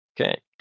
Okay